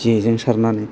जेजों सारनानै